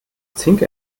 zink